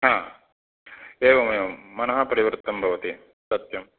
हा एवमेवं मनः परिवृत्तं भवति सत्यम्